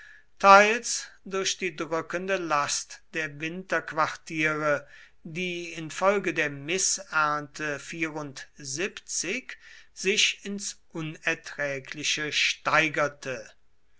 teils durch die drückende last der winterquartiere die infolge der mißernte sich ins unerträgliche steigerte